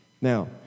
Now